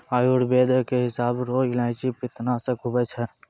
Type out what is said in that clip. आयुर्वेद के हिसाब रो इलायची पित्तनासक हुवै छै